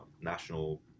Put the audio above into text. national